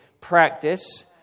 practice